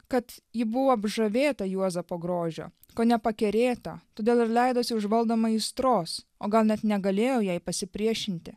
kad ji buvo apžavėta juozapo grožio kone pakerėta todėl ir leidosi užvaldoma aistros o gal net negalėjo jai pasipriešinti